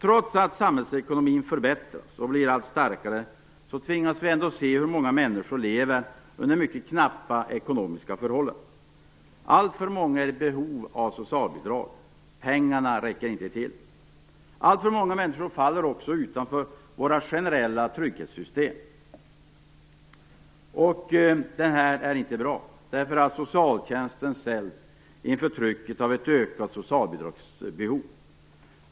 Trots att samhällsekonomin förbättras och blir allt starkare tvingas många människor leva under mycket knappa ekonomiska förhållanden. Alltför många är i behov av socialbidrag. Pengarna räcker inte till. Alltför många människor faller också utanför våra generella trygghetssystem. Detta är inte bra. Socialtjänsten ställs inför trycket av ett ökat socialbidragsbehov.